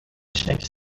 shapes